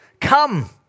Come